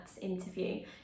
interview